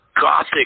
gothic